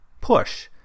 push